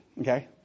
Okay